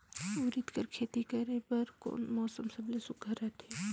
उरीद कर खेती करे बर कोन मौसम सबले सुघ्घर रहथे?